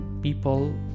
people